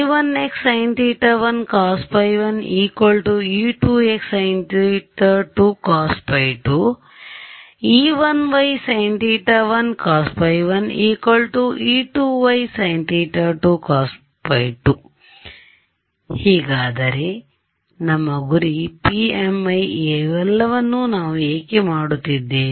e1x sin θ1 cos ϕ1 e2x sin θ2 cos ϕ2 e1y sin θ1 cos ϕ1 e2y sin θ2 cos ϕ2 ಇಹಾಗಾದರೆ ನಮ್ಮ ಗುರಿ PMI ಇವೆಲ್ಲವನ್ನೂ ನಾವು ಏಕೆ ಮಾಡುತ್ತಿದ್ದೇವೆ